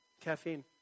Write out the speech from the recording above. caffeine